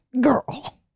girl